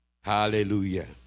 Hallelujah